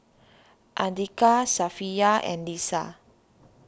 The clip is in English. Andika Safiya and Lisa